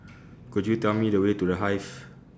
Could YOU Tell Me The Way to The Hive